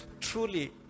truly